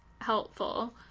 helpful